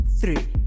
Three